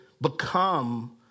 become